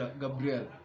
Gabriel